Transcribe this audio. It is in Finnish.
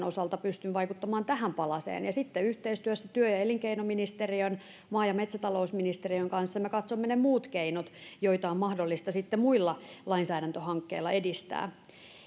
osalta pystyn vaikuttamaan tähän palaseen ja sitten yhteistyössä työ ja elinkeinoministeriön maa ja metsätalousministeriön kanssa me katsomme ne muut keinot joita on mahdollista muilla lainsäädäntöhankkeilla edistää